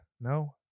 No